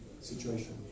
situation